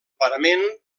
parament